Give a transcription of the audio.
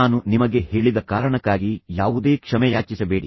ನಾನು ನಿಮಗೆ ಹೇಳಿದ ಕಾರಣಕ್ಕಾಗಿ ಯಾವುದೇ ಕ್ಷಮೆಯಾಚಿಸಬೇಡಿ